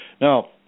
Now